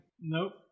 Nope